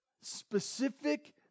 specific